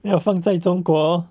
then 放在中国